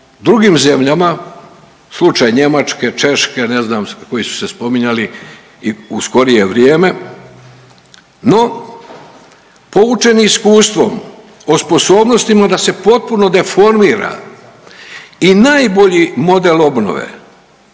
drugim zemljama slučaj Njemačke, Češke, ne znam koji su se spominjali u skorije vrijeme. No, poučeni iskustvom o sposobnostima da se potpuno deformira i najbolji model obnove,